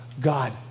God